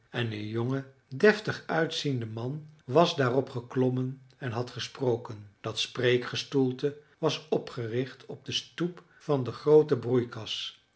en een jonge deftig uitziende man was daarop geklommen en had gesproken dat spreekgestoelte was opgericht op de stoep van de groote broeikas